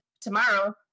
Tomorrow